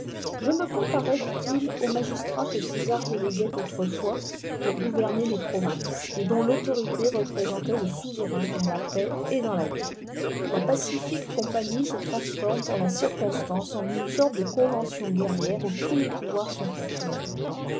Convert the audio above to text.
je me comparais dit-il aux magistrats que césar déléguait autrefois pour gouverner les provinces et dont l'autorité représentait le souverain dans la paix et dans la guerre la pacifique compagnie se transforme pour la circonstance en une sorte de convention guerrière où tous les pouvoirs sont confondus